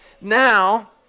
now